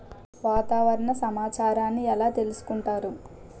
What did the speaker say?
వాతావరణ సమాచారాన్ని ఎలా తెలుసుకుంటారు?